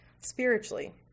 spiritually